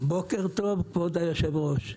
בוקר טוב, כבוד היושב-ראש.